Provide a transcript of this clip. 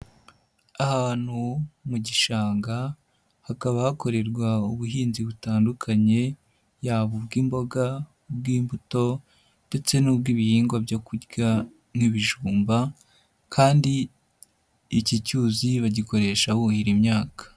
Ahantu mu gishanga hakaba hakorerwa ubuhinzi butandukanye, yaba ubw'imboga, ubw'imbuto ndetse n'ubw'ibihingwa byo kurya nk'ibijumba kandi iki cyuzi bagikoresha buhira imyaka.